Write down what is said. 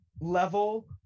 level